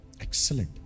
Excellent